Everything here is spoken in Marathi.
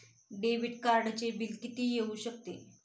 डेबिट कार्डचे बिल किती येऊ शकते?